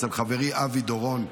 אצל חברי אבי דורון,